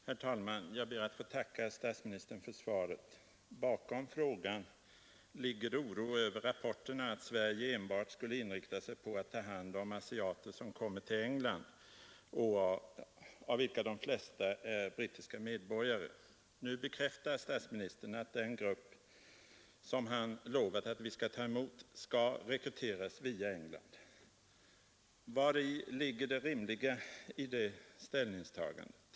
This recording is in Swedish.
Herr talman! Jag ber att få tacka statsministern för svaret. Bakom frågan ligger oro över rapporterna att Sverige enbart skulle inrikta sig på att ta hand om asiater som kommit till England och av vilka 75 de flesta är brittiska medborgare. Nu bekräftar statsministern att den grupp, som han lovat att vi skall ta emot, skall rekryteras via England. Vari ligger det rimliga i det ställningstagandet?